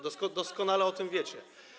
Doskonale o tym wiecie.